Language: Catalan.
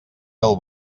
del